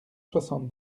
soixante